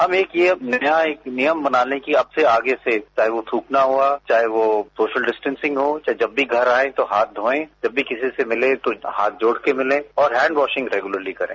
हम यह एक नया नियम बना लें कि अब से आगे से चाहे वो थूकना हुआ चाहे वो सोशल डिस्टेंसिंग हो चाहे जब भी घर आयें तो हाथ धोए जब भी किसी से मिले तो हाथ जोड़कर मिलें और हैंड वॉसिंग रेगुलर करें